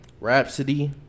Rhapsody